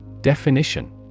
Definition